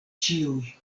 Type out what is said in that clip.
ĉiuj